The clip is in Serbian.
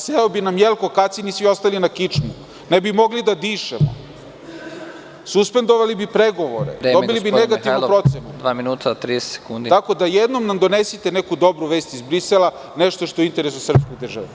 Seo bi nam Jelko Kacin i svi ostali na kičmu, ne bi mogli da dišemo, suspendovali bi pregovore, dobili bi negativnu procenu. (Predsednik: Vreme, gospodine Mihajlov, dva minuta i 30 sekundi.) Jednom nam donesite neku dobru vest iz Brisela, nešto što je u interesu srpske države.